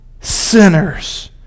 sinners